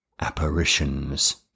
apparitions